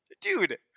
dude